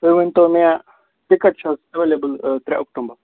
تُہۍ ؤنۍتو مےٚ ٹِکَٹ چھِ حظ ایولیبل ترٛےٚ اکٹوٗمبَر